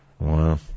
Wow